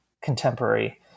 contemporary